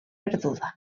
perduda